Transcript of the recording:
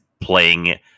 playing